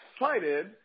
excited